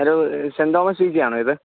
hello Saint Thomas P G ആണോ ഇത്